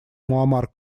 муамар